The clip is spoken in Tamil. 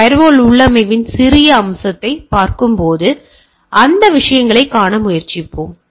ஃபயர்வால் உள்ளமைவின் சிறிய அம்சத்தைப் பார்க்கும்போது அந்த விஷயங்களைக் காண முயற்சிப்போம்